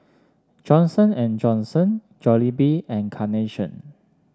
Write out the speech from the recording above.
Johnson And Johnson Jollibee and Carnation